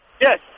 Yes